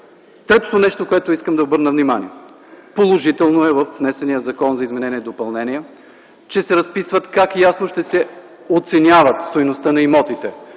Третото нещо, на което искам да обърна внимание. Положителното във внесения Законопроект за изменение и допълнение е, че се разписват как ясно ще се оценява стойността на имотите